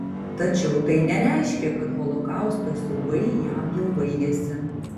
tačiau tai nereiškė kad holokausto siaubai jam jau baigėsi